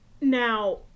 Now